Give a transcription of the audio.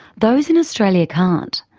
those in australia can't.